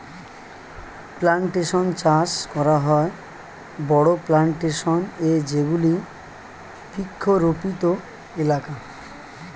plantation চাষ করা হয় বড়ো প্লানটেশন এ যেগুলি বৃক্ষরোপিত এলাকা